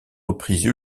reprise